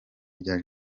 rya